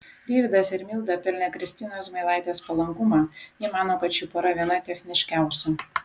deividas ir milda pelnė kristinos zmailaitės palankumą ji mano kad ši pora viena techniškiausių